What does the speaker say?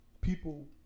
people